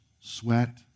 sweat